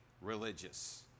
religious